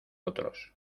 otros